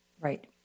Right